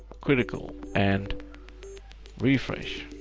critical. and refresh.